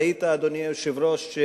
ראית, אדוני היושב-ראש,